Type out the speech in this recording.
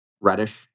Reddish